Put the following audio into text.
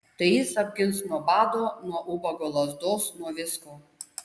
tai jis apgins nuo bado nuo ubago lazdos nuo visko